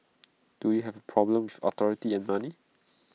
do you have A problem with authority and money